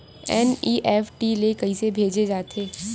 NEFT ले कइसे भेजे जाथे?